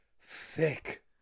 Thick